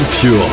Pure